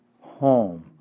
home